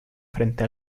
frente